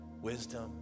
Wisdom